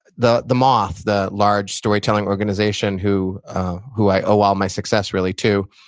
the the moth, the large storytelling organization who who i owe all my success really to,